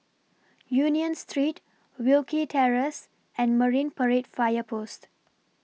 Union Street Wilkie Terrace and Marine Parade Fire Post